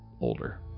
older